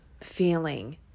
feeling